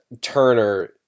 Turner